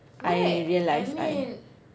I realised I